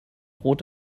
rot